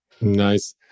Nice